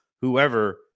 whoever